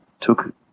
took